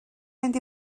fynd